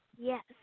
Yes